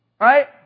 right